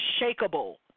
unshakable